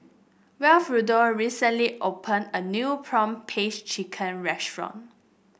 Wilfredo recently opened a new prawn paste chicken restaurant